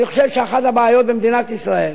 אני חושב שאחת הבעיות במדינת ישראל,